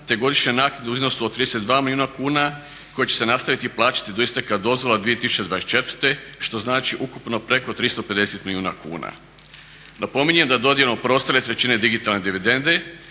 te godišnja naknada u iznosu od 32 milijuna kuna koji će se nastaviti plaćati do isteka dozvola 2024., što znači ukupno preko 350 milijuna kuna. Napominjem da dodjelom preostale trećine digitalne dividende